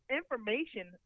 information